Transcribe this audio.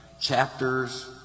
chapters